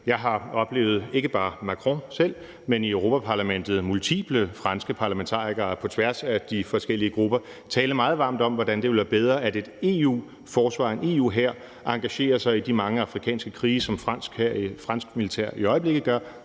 Jeg har oplevet, ikke bare Macron selv, men multiple franske parlamentarikere i Europa-Parlamentet på tværs af de forskellige grupper tale meget varmt om, hvordan det ville være bedre, at et EU-forsvar, en EU-hær, engagerer sig i de mange afrikanske krige, som fransk militær i øjeblikket gør